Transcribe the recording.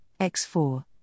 X4